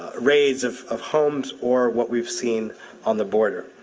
raids of of homes, or what we've seen on the border.